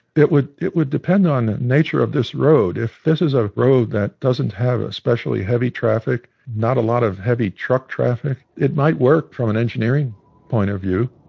it would it would depend on the nature of this road. if this is a road that doesn't have especially heavy traffic, not a lot of heavy truck traffic, it might work from an engineering point of view